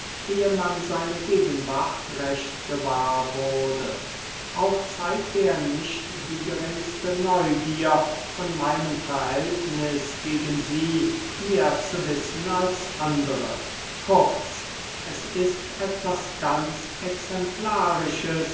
man seine gegenwart recht gewahr wurde auch zeigt er nicht die geringste neugier von meinem verhältniß gegen sie mehr zu wissen als andere kurz es ist etwas ganz exemplarisches